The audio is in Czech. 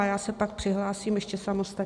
Já se pak přihlásím ještě samostatně.